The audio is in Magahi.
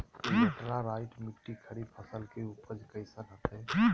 लेटराइट मिट्टी खरीफ फसल के उपज कईसन हतय?